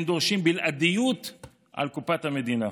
הם דורשים בלעדיות על קופת המדינה.